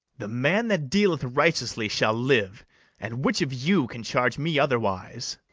the man that dealeth righteously shall live and which of you can charge me otherwise?